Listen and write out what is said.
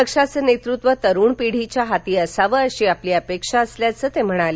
पक्षाचं नेतृत्व तरूण पीढीच्या हाती असावं अशी आपली अपेक्षा असल्याचं ते म्हणाले